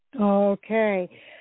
Okay